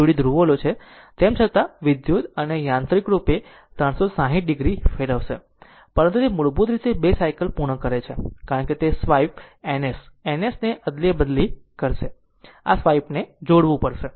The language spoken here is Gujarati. તેમ છતાં તે વિદ્યુત અથવા યાંત્રિક રૂપે 360 degree૦ ડિગ્રી ફેરવશે પરંતુ તે મૂળભૂત રીતે 2 સાયકલ પૂર્ણ કરશે કારણ કે તે સ્વાઇપ N S અને N S ને અદલાબદલ કરશે આ સ્વાઇપને જોડવું પડશે